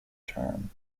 term